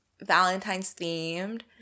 Valentine's-themed